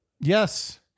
Yes